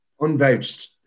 unvouched